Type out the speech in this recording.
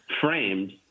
framed